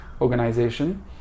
organization